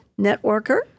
networker